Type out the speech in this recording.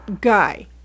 guy